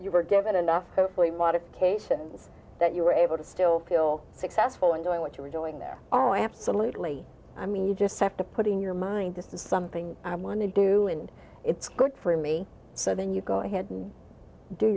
you were given enough hopefully modifications that you were able to still feel successful in doing what you were doing there oh absolutely i mean you just have to put in your mind this is something i want to do and it's good for me so then you go ahead and do